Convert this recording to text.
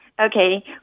Okay